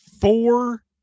four